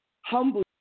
humble